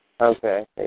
Okay